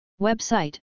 Website